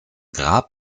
grab